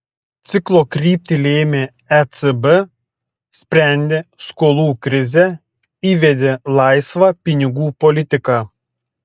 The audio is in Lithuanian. ciklo kryptį lėmė ecb sprendė skolų krizę įvedė laisvą pinigų politiką